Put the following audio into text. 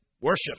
Worship